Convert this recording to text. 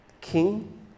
king